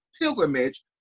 pilgrimage